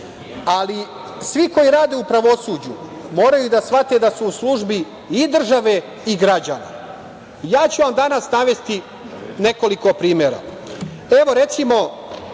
Ali, svi koji rade u pravosuđu moraju da shvate da su u službi i države i građana. Danas ću vam navesti nekoliko primera. Recimo,